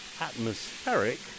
atmospheric